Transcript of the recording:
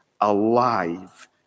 alive